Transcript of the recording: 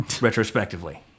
retrospectively